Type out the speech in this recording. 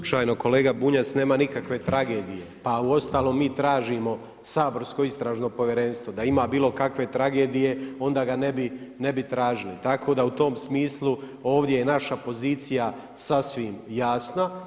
Slučajno kolega Bunjac, nema nikakve tragedije, pa uostalom mi tražimo saborsko istražno povjerenstvo, da ima bilokakve tragedije onda ga ne bi tražili, tako da u tom smislu ovdje je naša pozicija sasvim jasna.